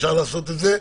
אפשר לעשות זאת.